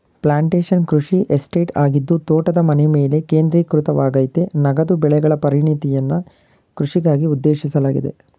plantation ಕೃಷಿ estate ಆಗಿದ್ದು ತೋಟದ ಮನೆಮೇಲೆ ಕೇಂದ್ರೀಕೃತವಾಗಯ್ತೆ ನಗದು ಬೆಳೆಗಳ ಪರಿಣತಿಯ ಕೃಷಿಗಾಗಿ ಉದ್ದೇಶಿಸಲಾಗಿದೆ